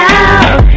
out